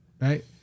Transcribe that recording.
Right